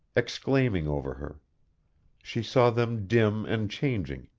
exclaiming over her she saw them dim and changing,